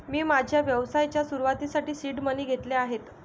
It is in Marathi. मी माझ्या व्यवसायाच्या सुरुवातीसाठी सीड मनी घेतले आहेत